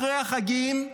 אחרי החגים,